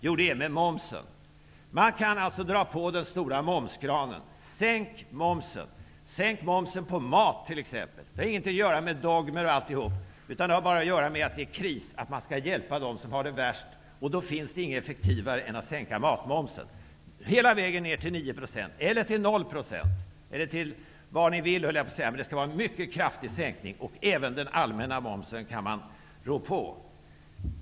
Jo, det är momsen. Man kan alltså dra på den stora momskranen. Sänk momsen, t.ex. på mat! Det har ingenting att göra med dogmer, utan bara med att det är kris, att man skall hjälpa dem som har det värst. Då finns det inget effektivare än att sänka matmomsen, hela vägen ned till 9 % eller 0 %, eller vad ni vill, bara det är en mycket kraftig sänkning. Även den allmänna momsen kan man rå på.